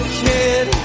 kid